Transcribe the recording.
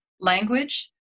language